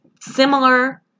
similar